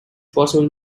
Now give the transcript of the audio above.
possible